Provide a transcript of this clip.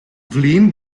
flin